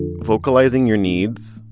vocalizing your needs,